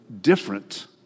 different